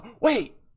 wait